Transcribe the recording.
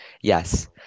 Yes